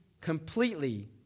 completely